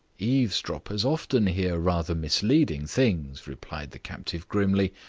eavesdroppers often hear rather misleading things, replied the captive grimly.